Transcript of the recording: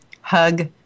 hug